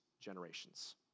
generations